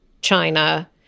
China